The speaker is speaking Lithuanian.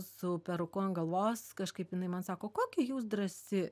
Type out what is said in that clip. su peruku ant galvos kažkaip jinai man sako kokia jūs drąsi